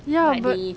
ya but